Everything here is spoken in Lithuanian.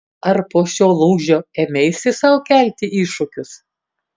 ar po šio lūžio ėmeisi sau kelti iššūkius